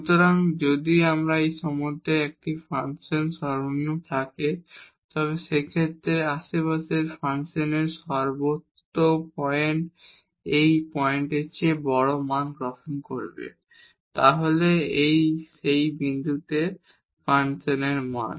সুতরাং যদি এই সময়ে একটি ফাংশন সর্বনিম্ন থাকে তবে সেই ক্ষেত্রে আশেপাশের ফাংশনের সমস্ত পয়েন্ট এই পয়েন্টের চেয়ে বড় মান গ্রহণ করবে তাহলে সেই বিন্দুতে ফাংশনের মান